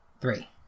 three